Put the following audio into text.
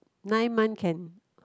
nine month can